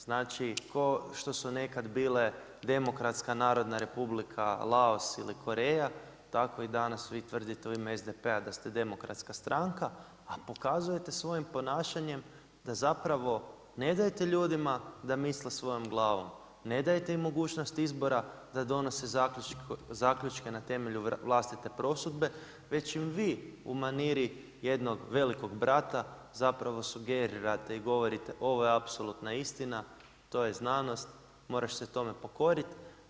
Znači kao što su nekada bile Demokratska Narodna Republika Laos ili Koreja, tako i danas vi tvrdite u ime SDP-a da ste demokratska stranka, a pokazujete svojim ponašanjem da zapravo ne dajete ljudima da misle svojom glavom, ne dajete im mogućnost izbora da donese zaključke na temelju vlastite prosudbe, već im vi u maniri jednog velikog brata zapravo sugerirati i govorite ovo je apsolutna istina, to je znanost, moraš se tome pokoriti.